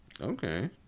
Okay